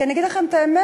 כי אני אגיד לכם את האמת,